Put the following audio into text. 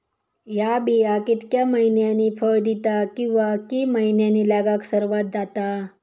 हया बिया कितक्या मैन्यानी फळ दिता कीवा की मैन्यानी लागाक सर्वात जाता?